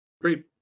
Great